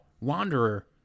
wanderer